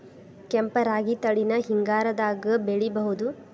ಕೆಂಪ ರಾಗಿ ತಳಿನ ಹಿಂಗಾರದಾಗ ಬೆಳಿಬಹುದ?